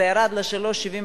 זה ירד ל-3.75%.